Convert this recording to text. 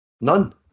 None